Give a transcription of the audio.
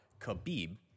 Khabib